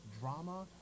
drama